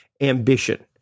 ambition